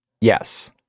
Yes